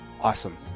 Awesome